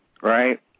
right